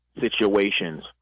situations